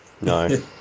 No